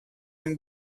une